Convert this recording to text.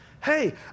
Hey